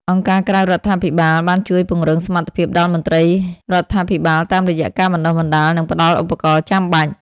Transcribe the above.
អង្គការក្រៅរដ្ឋាភិបាលបានជួយពង្រឹងសមត្ថភាពដល់មន្ត្រីរដ្ឋាភិបាលតាមរយៈការបណ្តុះបណ្តាល និងផ្តល់ឧបករណ៍ចាំបាច់។